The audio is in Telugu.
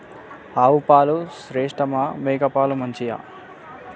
ఆవు పాలు శ్రేష్టమా మేక పాలు మంచియా?